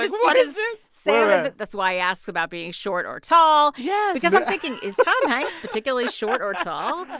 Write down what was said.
like what is this? sam is that's why he asked about being short or tall yes. because i'm thinking, is tom hanks particularly short or tall?